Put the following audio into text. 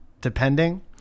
depending